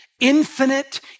infinite